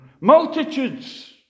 Multitudes